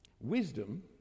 Wisdom